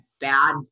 bad